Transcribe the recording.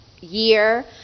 year